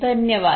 धन्यवाद